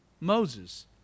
Moses